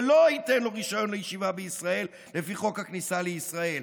ולא ייתן לו רישיון לישיבה בישראל לפי חוק הכניסה לישראל.